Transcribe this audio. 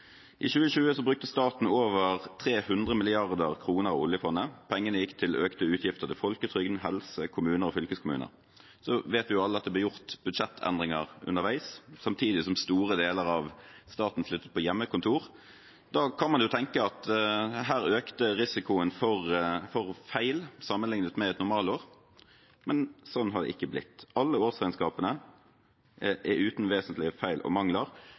I 2020 brukte staten over 300 mrd. kr av oljefondet. Pengene gikk til økte utgifter til folketrygden, helse, kommuner og fylkeskommuner. Så vet vi alle at det ble gjort budsjettendringer underveis, samtidig som store deler av staten sitter på hjemmekontor. Da kan man tenke at da økte risikoen for feil sammenliknet med et normalår, men sånn har det ikke blitt. Alle årsregnskapene er uten vesentlige feil og mangler,